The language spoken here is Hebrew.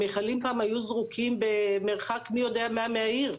המכלים פעם היו זרוקים במרחק מי יודע מה מהעיר.